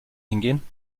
hingehen